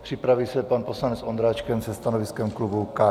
Připraví se pan poslanec Ondráček se stanoviskem klubu KSČM.